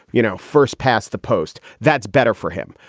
you know, first past the post, that's better for him.